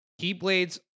Keyblades